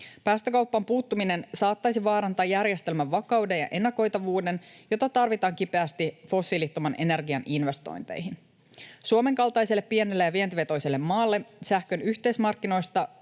Päästökauppaan puuttuminen saattaisi vaarantaa järjestelmän vakauden ja ennakoitavuuden, joita tarvitaan kipeästi fossiilittoman energian investointeihin. Suomen kaltaiselle pienelle ja vientivetoiselle maalle sähkön yhteismarkkinoista